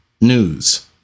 news